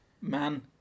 Man